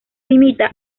limita